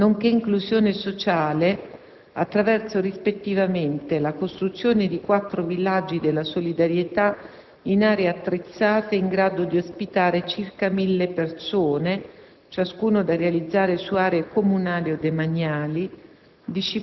nonché inclusione sociale, attraverso, rispettivamente: la costruzione di quattro villaggi della solidarietà in aree attrezzate in grado di ospitare circa mille persone - ciascuno da realizzare su aree comunali o demaniali